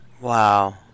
Wow